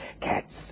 cats